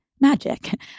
magic